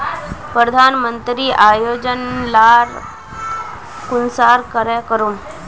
प्रधानमंत्री योजना लार आवेदन कुंसम करे करूम?